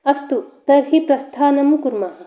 अस्तु तर्हि प्रस्थानं कुर्मः